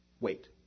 Wait